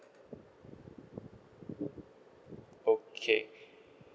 okay